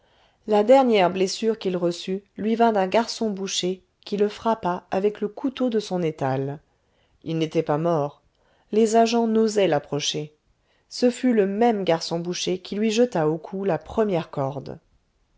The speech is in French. la dernière blessure qu'il reçut lui vint d'un garçon boucher qui le frappa avec le couteau de son étal il n'était pas mort les agents n'osaient l'approcher ce fut le même garçon boucher qui lui jeta au cou la première corde